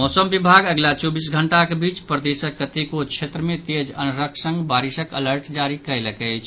मौसम विभाग अगिला चौबीस घंटाक बीच प्रदेशक कतेको क्षेत्र मे तेज अन्हरक संग बारिशक अलर्ट जारी कयलक अछि